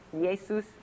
Jesus